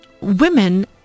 women